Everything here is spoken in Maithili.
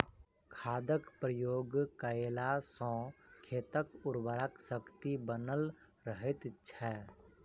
खादक प्रयोग कयला सॅ खेतक उर्वरा शक्ति बनल रहैत छै